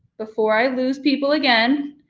before i lose people again,